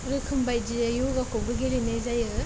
रोखोमबायदियै य'गाखौबो गेलेनाय जायो